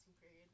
period